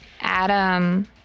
Adam